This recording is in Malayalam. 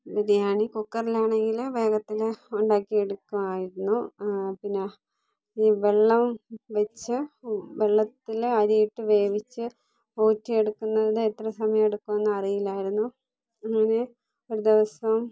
ബിരിയാണി കുക്കറിലാണെങ്കിൽ വേഗത്തിൽ ഉണ്ടാക്കി എടുക്കാമായിരുന്നു പിന്നെ ഈ വെള്ളം വെച്ച് വെള്ളത്തിൽ അരിയിട്ട് വേവിച്ച് ഊറ്റിയെടുക്കുന്നത് എത്ര സമയമെടുക്കുമെന്ന് അറിയില്ലായിരുന്നു അങ്ങനെ ഒരു ദിവസം